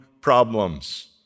problems